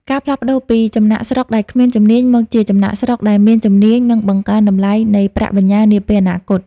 ការផ្លាស់ប្តូរពី "ចំណាកស្រុកដែលគ្មានជំនាញ" មកជា "ចំណាកស្រុកដែលមានជំនាញ" នឹងបង្កើនតម្លៃនៃប្រាក់បញ្ញើនាពេលអនាគត។